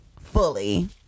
fully